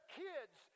kids